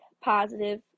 positive